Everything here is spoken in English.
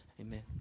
Amen